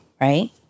right